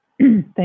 Thank